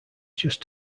just